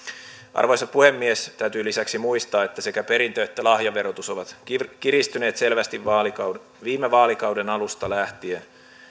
arvoisa puhemies täytyy lisäksi muistaa että sekä perintö että lahjaverotus ovat kiristyneet selvästi viime vaalikauden alusta lähtien